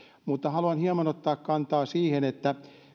haluan hieman ottaa kantaa siihen että